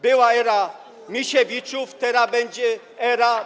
Była era Misiewiczów, tera będzie era.